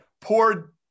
poor